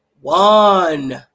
One